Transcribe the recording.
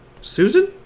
Susan